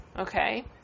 Okay